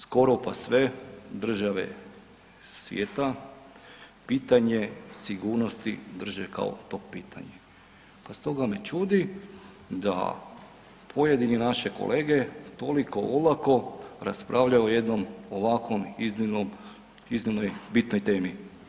Znači, skoro pa sve države svijeta pitanje sigurnosti drže kao to pitanje, pa stoga me čudi da pojedini naše kolege toliko olako raspravljaju o jednom ovakvoj iznimno bitnoj temi.